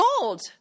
gold